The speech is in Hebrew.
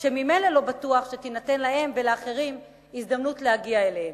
שממילא לא בטוח שתינתן להם ולאחרים הזדמנות להגיע אליהן.